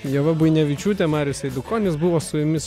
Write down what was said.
ieva buinevičiūtė marius eidukonis buvo su jumis